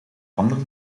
anders